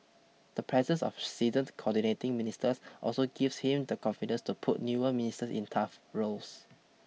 the presence of seasoned coordinating ministers also gives him the confidence to put newer ministers in tough roles